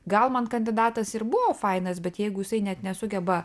gal man kandidatas ir buvo fainas bet jeigu jisai net nesugeba